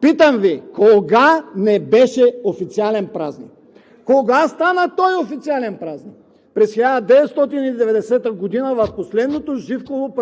Питам Ви: кога не беше официален празник? Кога стана той официален празник? – През 1990 г. в последното Живково